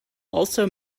also